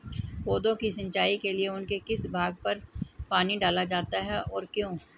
पौधों की सिंचाई के लिए उनके किस भाग पर पानी डाला जाता है और क्यों?